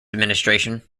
administration